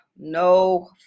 no